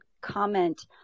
comment